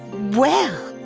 well,